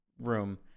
room